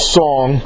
song